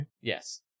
Yes